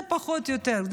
זה פחות או יותר,